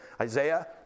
Isaiah